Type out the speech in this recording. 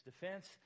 defense